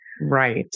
Right